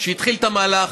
שהתחיל את המהלך.